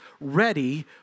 ready